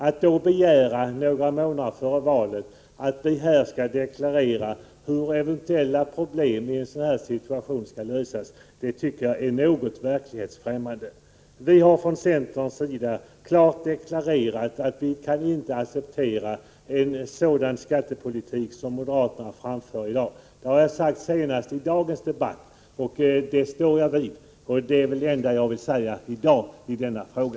Att då några månader före valet begära att vi här skall deklarera hur eventuella problem skall lösas i en regeringssituation tycker jag är något verklighetsfrämmande. Vi har från centerns sida klart deklarerat att vi inte kan acceptera en sådan skattepolitik som den moderaterna för fram i dag. Det har jag sagt senast i dagens debatt, och det står jag fast vid. Det är det enda jag vill säga i dag i denna fråga.